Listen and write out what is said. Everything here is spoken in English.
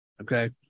okay